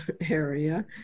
area